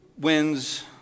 wins